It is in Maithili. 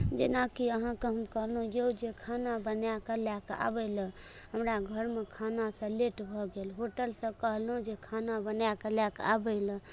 जेनाकि अहाँकेॅं हम कहलहुॅं यौ जे खाना बनाए कऽ लए कऽ आबय लऽ हमरा घरमे खाना से लेट भऽ गेल होटल सऽ कहलहुॅं जे खाना बनाए के लए के आबय लए